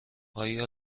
آیا